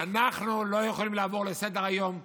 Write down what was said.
אנחנו לא יכולים לעבור לסדר-היום כשהמדינה,